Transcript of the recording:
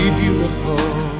beautiful